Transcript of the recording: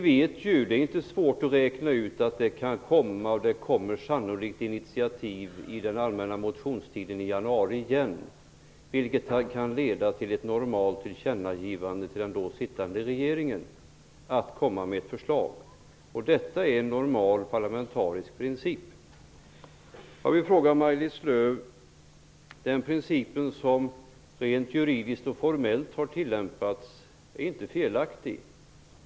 Det är inte svårt att räkna ut att det troligen kommer att tas initiativ under den allmänna motionstiden i januari, som kan leda till ett normalt tillkännagivande till den då sittande regeringen att komma med förslag. Detta är en normal parlamentarisk princip. Jag vill ställa en fråga till Maj-Lis Lööw. Den princip som rent juridiskt och formellt har tillämpats är inte felaktig.